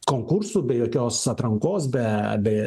konkursų be jokios atrankos be be